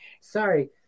Sorry